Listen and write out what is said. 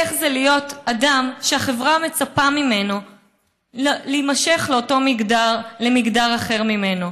איך זה להיות אדם שהחברה מצפה ממנו להימשך למגדר אחר ממנו,